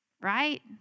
Right